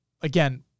Again